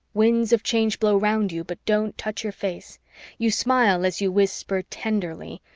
winds of change blow round you but don't touch your face you smile as you whisper tenderly,